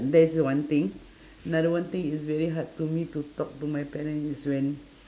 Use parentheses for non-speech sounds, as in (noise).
that's one thing (breath) another one thing is very hard for me to talk to my parents is when